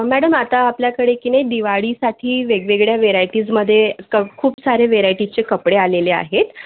madam आता आपल्याकडे की नाही दिवाळीसाठी वेगवेगळ्या व्हेरायटीजमध्ये कप खूप सारे व्हेरायटीजचे कपडे आलेले आहेत